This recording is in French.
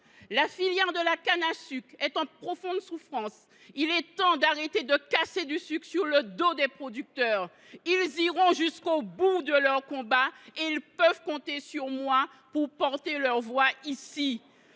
La filière de la canne à sucre est en profonde souffrance ; il est temps d’arrêter de casser du sucre sur le dos des producteurs. Ceux ci iront jusqu’au bout de leur combat et ils peuvent compter sur moi pour porter ici leur voix.